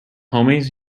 homies